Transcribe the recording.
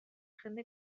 jende